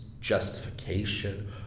justification